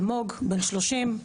מטפלים חוששים לפצוע ציבור.